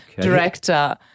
Director